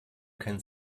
kein